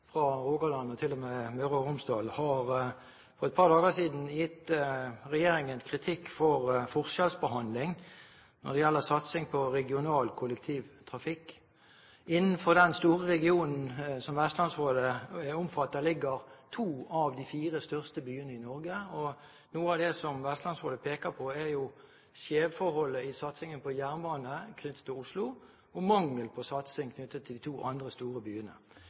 fra Rogaland til og med Møre og Romsdal, har for et par dager siden gitt regjeringen kritikk for forskjellsbehandling når det gjelder satsing på regional kollektivtrafikk. Innenfor den store regionen som Vestlandsrådet omfatter, ligger to av de fire største byene i Norge. Noe av det som Vestlandsrådet peker på, er skjevforholdet i satsingen på jernbane knyttet til Oslo og mangel på satsing på de to andre store byene.